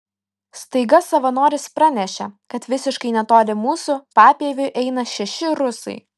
staiga savanoris pranešė kad visiškai netoli mūsų papieviu eina šeši rusai